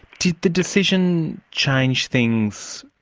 did the decision change things,